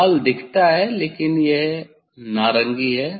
लाल दिखता है लेकिन यह नारंगी है